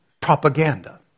Propaganda